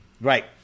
Right